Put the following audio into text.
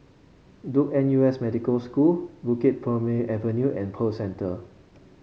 Duke N U S Medical School Bukit Purmei Avenue and Pearl Centre